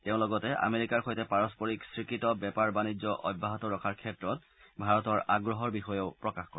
তেওঁ লগতে আমেৰিকাৰ সৈতে পাৰস্পৰিক স্বীকৃত বেপাৰ বাণিজ্য অব্যাহত ৰখাৰ ক্ষেত্ৰত ভাৰতৰ আগ্ৰহৰ বিষয়েও প্ৰকাশ কৰে